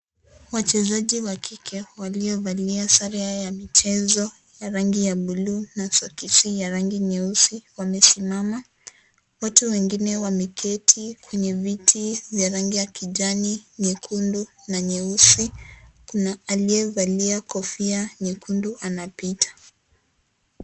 Wachezaji wa kike, waliovalia sare yao ya michezo ya rangi ya buluu na soksi ya nyeusi. Wamesimama. Watu wengine wameketi kwenye viti vya rangi ya kijani, nyekundu na nyeusi. Kuna aliyevalia kofia nyekundu wanapita.